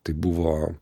tai buvo